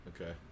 Okay